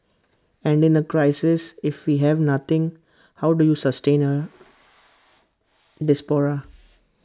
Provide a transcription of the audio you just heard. and in A crisis if we have nothing how do you sustain A diaspora